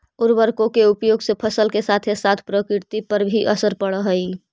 उर्वरकों के उपयोग से फसल के साथ साथ प्रकृति पर भी असर पड़अ हई